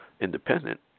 independent